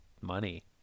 money